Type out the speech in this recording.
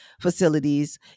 facilities